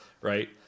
right